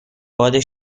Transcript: باد